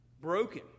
broken